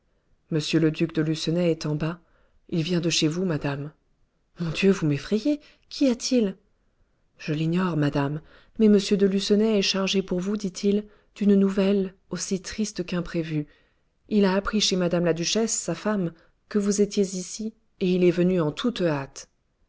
le duc de lucenay est en bas il vient de chez vous madame mon dieu vous m'effrayez qu'y a-t-il je l'ignore madame mais m de lucenay est chargé pour vous dit-il d'une nouvelle aussi triste qu'imprévue il a appris chez mme la duchesse sa femme que vous étiez ici et il est venu en toute hâte